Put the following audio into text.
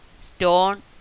stone